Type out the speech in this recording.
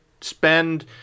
spend